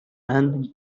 men